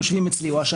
שהם יושבים אצלי.